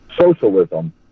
socialism